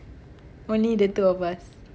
only the two of us